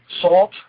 Salt